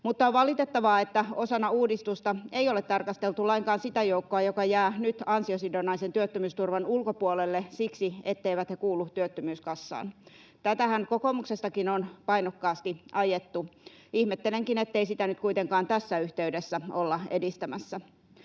Mutta on valitettavaa, että osana uudistusta ei ole tarkasteltu lainkaan sitä joukkoa, joka jää nyt ansio-sidonnaisen työttömyysturvan ulkopuolelle siksi, etteivät he kuulu työttömyyskassaan. Tätähän kokoomuksessakin on painokkaasti ajettu, ja ihmettelenkin, ettei sitä nyt kuitenkaan tässä yhteydessä olla edistämässä.